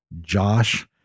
Josh